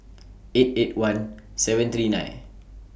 eight eight one seven three nine